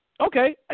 Okay